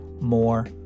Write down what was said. more